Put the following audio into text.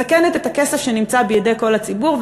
מסכנת את הכסף שנמצא בידי כל הציבור,